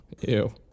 Ew